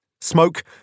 Smoke